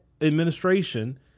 administration